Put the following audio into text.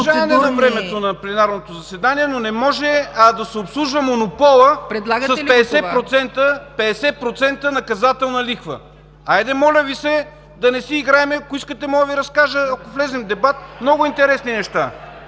не може да се обслужва монополът с 50% наказателна лихва! Айде, моля Ви се! Да не си играем. Ако искате, мога да Ви разкажа, ако влезем в дебат, много интересни неща,